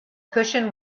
cushion